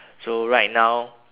so right now